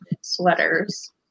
sweaters